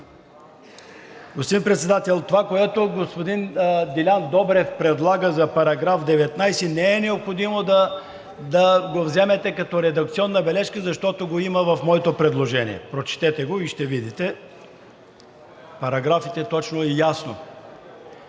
Господин Председател, това, което господин Делян Добрев предлага за § 19, не е необходимо да го вземате като редакционна бележка, защото го има в моето предложение – прочетете го и ще видите параграфите точно и ясно.